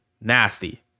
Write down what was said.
Nasty